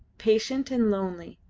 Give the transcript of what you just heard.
patient and lonely,